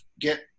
get